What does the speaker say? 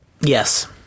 Yes